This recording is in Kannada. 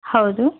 ಹೌದು